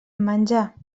menjar